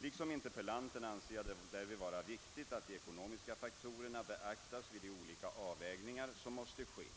Liksom interpellanten anser jag det därvid vara viktigt att de ekonomiska faktorerna beaktas vid de olika avvägningar som måste ske.